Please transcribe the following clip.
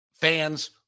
fans